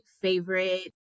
favorite